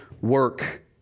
work